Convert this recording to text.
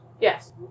Yes